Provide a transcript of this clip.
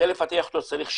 כדי לפתח אותו צריך שנה,